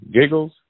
Giggles